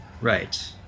Right